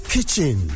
Kitchen